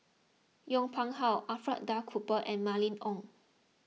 Yong Pung How Alfred Duff Cooper and Mylene Ong